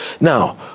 now